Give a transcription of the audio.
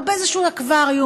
או באיזה שהוא אקווריום.